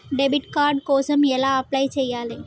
Debit card కోసం ఎలా apply చేయాలి?